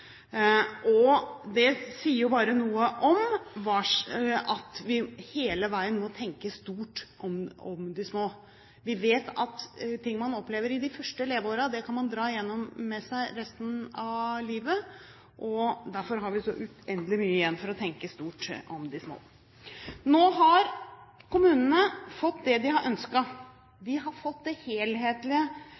Det sier jo bare noe om at vi hele veien må tenke stort om de små. Vi vet at ting man opplever i de første leveårene, kan man dra med seg resten av livet. Derfor har vi så uendelig mye igjen for å tenke stort om de små. Nå har kommunene fått det de har ønsket. De har fått det helhetlige